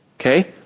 Okay